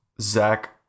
Zach